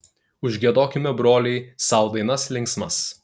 užgiedokime broliai sau dainas linksmas